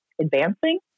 advancing